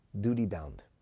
duty-bound